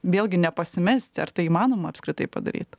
vėlgi nepasimesti ar tai įmanoma apskritai padaryt